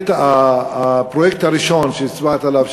הפרויקט הראשון שהצבעת עליו,